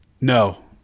No